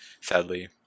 sadly